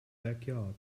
backyard